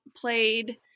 played